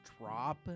drop